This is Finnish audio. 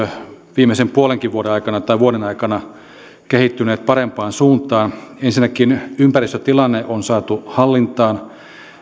viimeisen puolenkin vuoden aikana tai vuoden aikana kehittyneet parempaan suuntaan ensinnäkin ympäristötilanne on saatu hallintaan